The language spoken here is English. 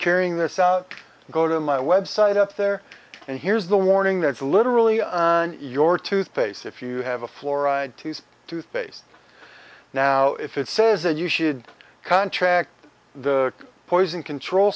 carrying this out go to my website up there and here's the warning that for literally your toothpaste if you have a fluoride to use toothpaste now if it says that you should contract the poison control